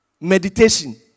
Meditation